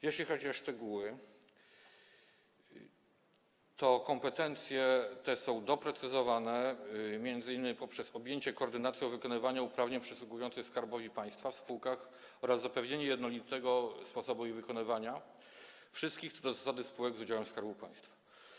Jeśli chodzi o szczegóły, te kompetencje są doprecyzowane m.in. poprzez objęcie koordynacją wykonywania uprawnień przysługujących Skarbowi Państwa w spółkach oraz zapewnienie jednolitego sposobu wykonywania zadań w przypadku wszystkich co do zasady spółek z udziałem Skarbu Państwa.